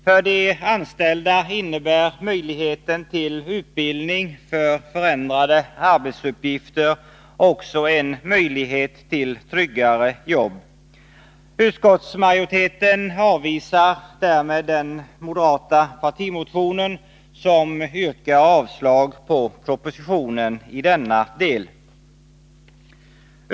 För de anställda innebär möjligheten till utbildning för förändrade arbetsuppgifter också en möjlighet till tryggare jobb. Utskottsmajoriteten avvisar därmed den moderata partimotionen, där det yrkas avslag på propositionen i denna del.